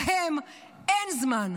להם אין זמן.